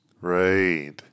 Right